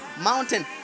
mountain